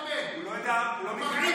מהליכוד זרקו אותך מכל המדרגות, יא אפס.